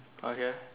okay